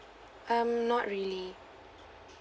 um not really